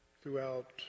throughout